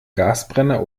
gasbrenner